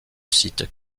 site